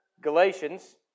Galatians